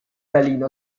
berlin